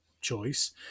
choice